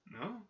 No